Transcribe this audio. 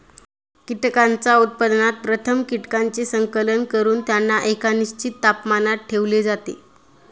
कीटकांच्या उत्पादनात प्रथम कीटकांचे संकलन करून त्यांना एका निश्चित तापमानाला ठेवले जाते